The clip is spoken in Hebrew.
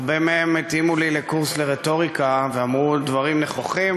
הרבה מהם התאימו לי לקורס לרטוריקה ואמרו דברים נכוחים.